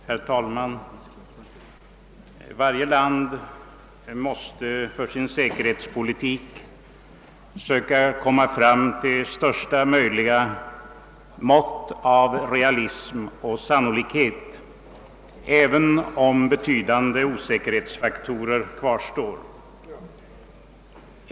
Herr talman! Varje land måste för sin säkerhetspolitik söka komma fram till största möjliga mått av realism och sannolikhet, även om betydande osäkerhetsfaktorer kvarstår.